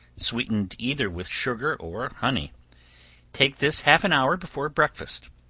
sweetened either with sugar or honey take this half an hour before breakfast.